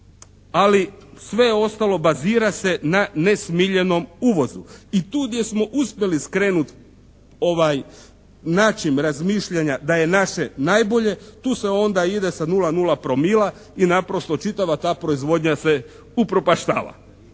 ali sve ostalo bazira se na nesmiljenom uvozu i tu gdje smo uspjeli skrenut način razmišljanja da je naše najbolje, tu se onda ide na 0,0 promila i naprosto čitava ta proizvodnja se upropaštava.